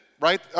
Right